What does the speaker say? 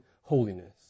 holiness